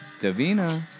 Davina